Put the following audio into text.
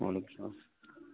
وعلیکُم السلام